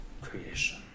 creation